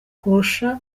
kurusha